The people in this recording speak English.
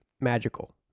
magical